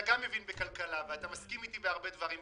אתה גם מבין בכלכלה ואתה מסכים איתי בהרבה דברים.